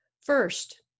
First